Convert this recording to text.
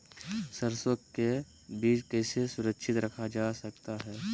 सरसो के बीज कैसे सुरक्षित रखा जा सकता है?